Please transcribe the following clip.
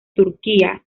turquía